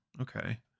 Okay